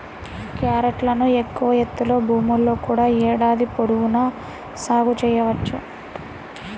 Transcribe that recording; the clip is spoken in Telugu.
క్యారెట్ను ఎక్కువ ఎత్తులో భూముల్లో కూడా ఏడాది పొడవునా సాగు చేయవచ్చు